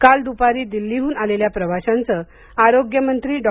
काल दुपारी दिल्लीहून आलेल्या प्रवाशांच आरोग्यमंत्री डॉ